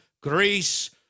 Greece